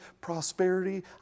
prosperity